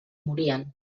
morien